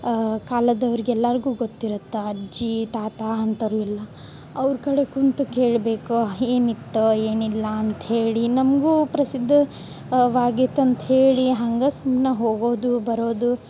ಕಾಲದವ್ರ್ಗ ಎಲ್ಲಾರಿಗು ಗೊತ್ತಿರತ್ತೆ ಅಜ್ಜಿ ತಾತ ಅಂಥವರು ಎಲ್ಲ ಅವ್ರ ಕಡೆ ಕುಂತ ಕೇಳ್ಬೇಕು ಏನಿತ್ತು ಏನಿಲ್ಲ ಅಂತ್ಹೇಳಿ ನಮಗೂ ಪ್ರಸಿದ್ಧ ವಾಗಿತಂತ ಹೇಳಿ ಹಂಗೆ ಸುಮ್ನ ಹೋಗೋದು ಬರೋದು